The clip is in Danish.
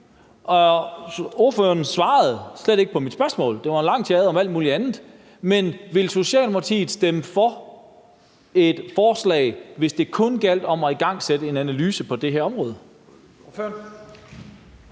Ordføreren svarede slet ikke på mit spørgsmål. Der var en lang tirade om alt muligt andet. Men vil Socialdemokratiet stemme for et forslag, hvis det kun gælder om at igangsætte en analyse på det her område?